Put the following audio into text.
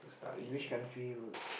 in which country would